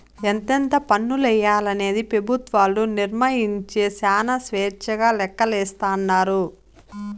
ఎంతెంత పన్నులెయ్యాలనేది పెబుత్వాలు నిర్మయించే శానా స్వేచ్చగా లెక్కలేస్తాండారు